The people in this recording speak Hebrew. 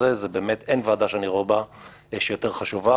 הזה באמת אין ועדה שאני רואה שהיא יותר חשובה,